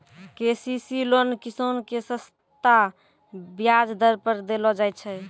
KCC loan किसान के सस्ता ब्याज दर पर देलो जाय छै